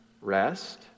rest